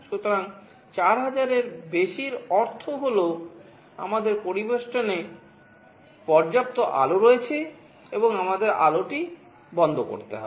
সুতরাং 4000 এরও বেশি এর অর্থ হল আমাদের পরিবেষ্টনে পর্যাপ্ত আলো রয়েছে এবং আমাদের আলোটি বন্ধ করতে হবে